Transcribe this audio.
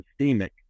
systemic